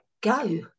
go